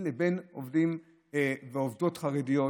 לבין עובדים חרדים ועובדות חרדיות,